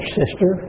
sister